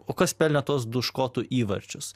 o kas pelnė tuos du škotų įvarčius